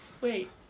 Wait